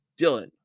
Dylan